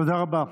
תודה רבה.